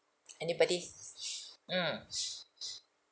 anybody mm